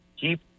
keep